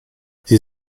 sie